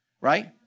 right